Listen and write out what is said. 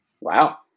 Wow